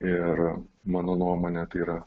ir mano nuomone tai yra